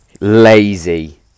lazy